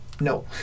no